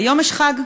היום יש חג,